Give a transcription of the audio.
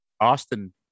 Austin